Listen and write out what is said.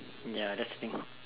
ya that's the thing